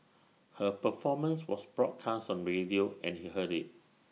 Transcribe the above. her performance was broadcast on radio and he heard IT